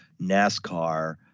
NASCAR